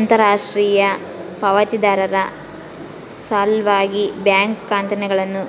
ಅಂತರರಾಷ್ಟ್ರೀಯ ಪಾವತಿದಾರರ ಸಲ್ವಾಗಿ ಬ್ಯಾಂಕ್ ಖಾತೆಗಳನ್ನು